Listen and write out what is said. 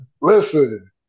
Listen